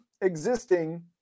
existing